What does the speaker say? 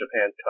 Japan